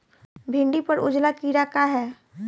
भिंडी पर उजला कीड़ा का है?